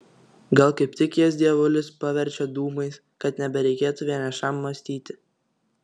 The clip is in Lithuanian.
gal kaip tik jas dievulis paverčia dūmais kad nebereikėtų vienišam mąstyti